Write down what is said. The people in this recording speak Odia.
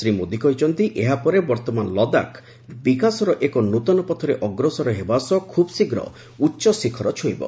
ଶ୍ରୀ ମୋଦୀ କହିଛନ୍ତି ଏହାପରେ ବର୍ତ୍ତମାନ ଲଦାଖ ବିକାଶର ଏକ ନୃଆ ପଥରେ ଅଗ୍ରସର ହେବା ସହ ଖୁବ୍ ଶୀଘ୍ର ଉଚ୍ଚଶିଖର ଛୁଇଁବ